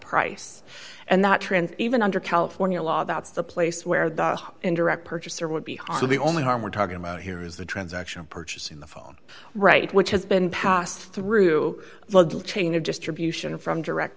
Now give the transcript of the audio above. price and that trend even under california law that's the place where the indirect purchaser would be on the only harm we're talking about here is the transaction purchasing the phone right which has been passed through the chain of just tribulation from direct